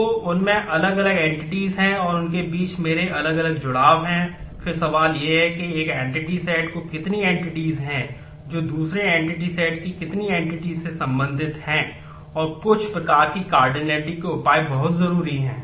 तो उनमें अलग अलग एन्टीटीस के उपाय बहुत जरूरी हैं